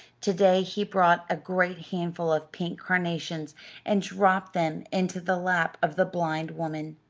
to-day he brought a great handful of pink carnations and dropped them into the lap of the blind woman.